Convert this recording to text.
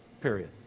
period